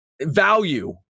Value